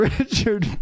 Richard